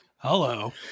Hello